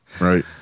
Right